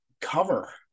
cover